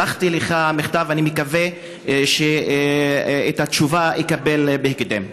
שלחתי לך מכתב, ואני מקווה שאת התשובה אקבל בהקדם.